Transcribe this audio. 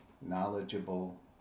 knowledgeable